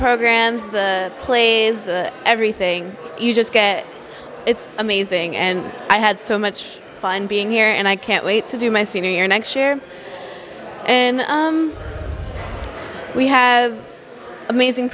programs the plays the everything you just get it's amazing and i had so much fun being here and i can't wait to do my senior year next year and we have amazing